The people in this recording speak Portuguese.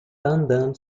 andando